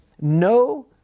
no